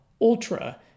Ultra